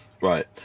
Right